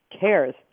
cares